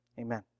Amen